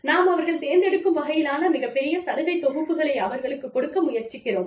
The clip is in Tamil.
நாம் அவர்கள் தேர்ந்தெடுக்கும் வகையிலான மிகப்பெரிய சலுகை தொகுப்புகளை அவர்களுக்கு கொடுக்க முயற்சிக்கிறோம்